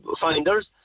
finders